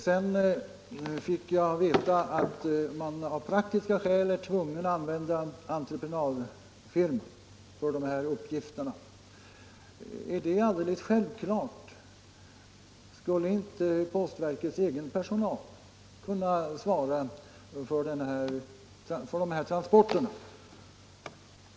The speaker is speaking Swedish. Sedan fick jag veta att man av praktiska skäl är tvungen att använda entreprenadfirmor för de här uppgifterna. Är det alldeles självklart? Skulle inte postverkets egen personal kunna svara för transporterna?